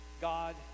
God